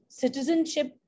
citizenship